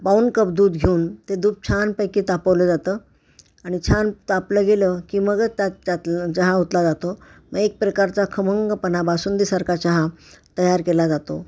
पाऊण कप दूध घेऊन ते दूध छानपैकी तापवलं जातं आणि छान तापलं गेलं की मगच त्यात त्यात चहा ओतला जातो मग एक प्रकारचा खमंगपणा बासुंदीसारखा चहा तयार केला जातो